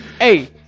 hey